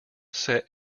set